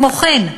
כמו כן,